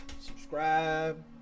Subscribe